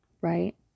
right